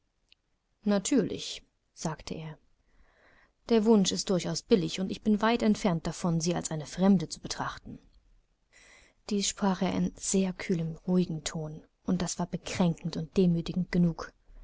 natürlich sagte er der wunsch ist durchaus billig und ich bin weit entfernt davon sie als eine fremde zu betrachten dies sprach er in sehr kühlem ruhigem ton und das war kränkend und demütigend genug